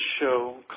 show